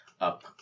up